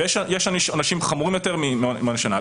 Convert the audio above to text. ויש עונשים חמורים יותר משנה.